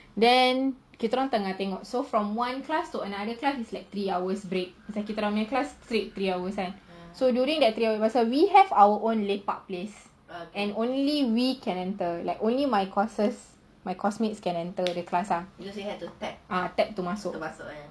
then kita orang tengah tengok so from one class to another class is like three hours break pasal kita orang punya class straight so during that three hours we have our own lepak place and only we can enter only my course mates can enter the class ah tap to masuk